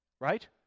right